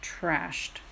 trashed